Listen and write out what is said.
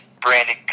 Brandon